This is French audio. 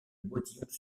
modillons